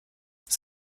das